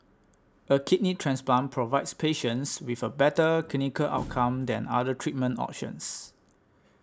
a kidney transplant provides patients with a better clinical outcome than other treatment options